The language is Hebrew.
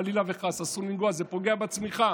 חלילה וחס, אסור לנגוע, זה פוגע בצמיחה,